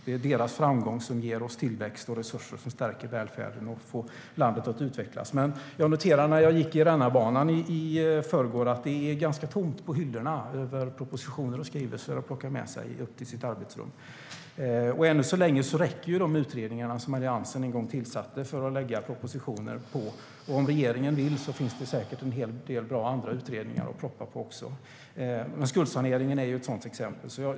Det är deras framgång som ger oss tillväxt och resurser som stärker välfärden och får landet att utvecklas. Jag noterade när jag gick i Rännarbanan i förrgår att det är ganska tomt på hyllorna med propositioner och skrivelser att plocka med sig upp till sitt arbetsrum. Än så länge räcker de utredningar som Alliansen en gång tillsatte för att lägga fram propositioner, och om regeringen vill finns det säkert en hel del bra andra utredningar också. Skuldsaneringen är ett sådant exempel.